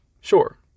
Sure